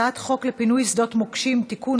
הצעת חוק לפינוי שדות מוקשים (תיקון,